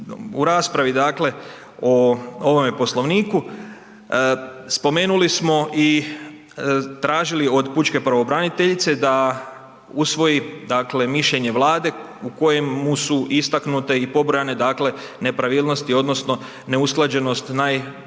u raspravi, dakle o ovome Poslovniku spomenuli smo i tražili od pučke pravobraniteljice da usvoji, dakle mišljenje Vlade u kojemu su istaknute i pobrojane, dakle nepravilnosti odnosno neusklađenost najvećim